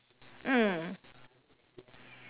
mm